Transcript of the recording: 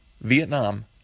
Vietnam